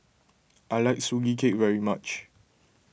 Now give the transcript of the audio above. I like Sugee Cake very much